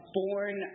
born